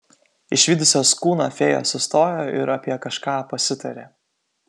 išvydusios kūną fėjos sustojo ir apie kažką pasitarė